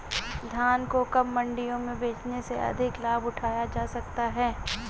धान को कब मंडियों में बेचने से अधिक लाभ उठाया जा सकता है?